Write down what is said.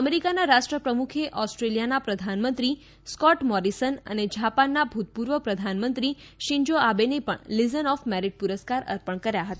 અમેરિકાના રાષ્ટ્રપ્રમુખે ઓસ્ટ્રેલિયાના પ્રધાનમંત્રી સ્કોટ મોરીસન અને જાપાનના ભૂતપૂર્વ પ્રધાનમંત્રી શિંજો આબેને પણ લિઝન ઓફ મેરીટ પુરસ્કાર અર્પણ કર્યા હતા